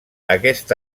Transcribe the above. aquest